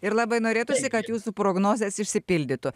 ir labai norėtųsi kad jūsų prognozės išsipildytų